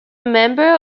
member